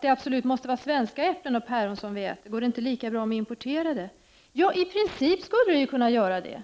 det absolut måste vara svenska äpplen och päron som vi äter? Går det inte lika bra med importerade? Ja, i princip skulle det kunna gå lika bra.